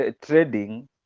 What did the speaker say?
trading